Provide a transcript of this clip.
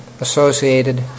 associated